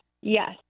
Yes